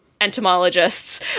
entomologists